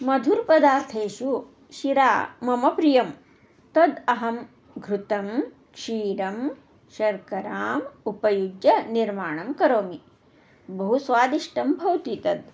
मधुर पदार्थेषु शिरा मम प्रियं तत् अहं घृतं क्षीरं शर्कराम् उपयुज्य निर्माणं करोमि बहु स्वादिष्टं भवति तत्